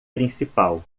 principal